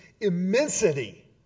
immensity